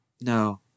No